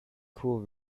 cool